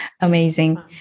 amazing